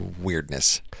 weirdness